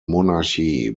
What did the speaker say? monarchy